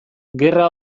gerra